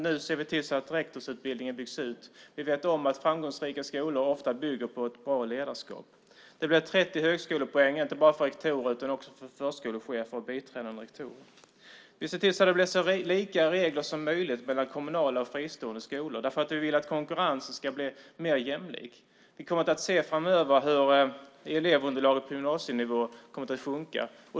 Nu ser vi till att rektorsutbildning byggs ut. Vi vet om att framgångsrika skolor ofta bygger på ett bra ledarskap. Det blir 30 högskolepoäng inte bara för rektorer utan också för förskolechefer och biträdande rektorer. Vi ser till att det blir så lika regler som möjligt mellan kommunala och fristående skolor eftersom vi vill att konkurrensen ska bli mer jämlik. Vi kommer framöver att se hur elevunderlaget på gymnasienivå kommer att sjunka.